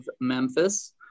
Memphis